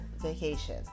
vacation